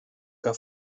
que